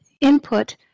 input